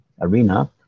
Arena